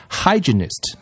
hygienist